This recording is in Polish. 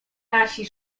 nasi